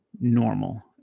normal